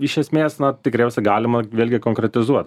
iš esmės na tikriausiai galima vėlgi konkretizuot